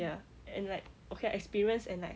ya and like okay experience and like